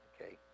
Okay